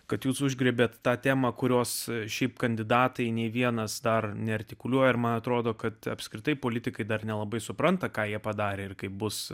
kad jūs užgriebėte tą temą kurios šiaip kandidatai nei vienas dar neartikuliuoja ir man atrodo kad apskritai politikai dar nelabai supranta ką jie padarė ir kaip bus